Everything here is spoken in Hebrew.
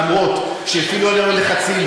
למרות שהפעילו עלינו לחצים,